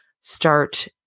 start